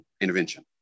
intervention